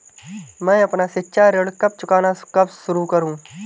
मैं अपना शिक्षा ऋण कब चुकाना शुरू करूँ?